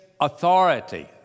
authority